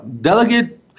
Delegate